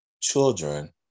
Children